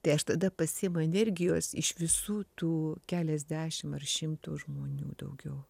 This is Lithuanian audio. tai aš tada pasiimu energijos iš visų tų keliasdešim ar šimto žmonių daugiau